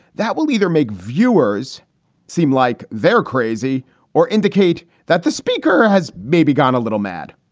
that will either make viewers seem like they're crazy or indicate that the speaker has maybe gone a little mad.